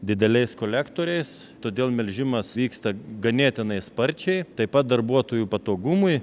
dideliais kolektoriais todėl melžimas vyksta ganėtinai sparčiai taip pat darbuotojų patogumui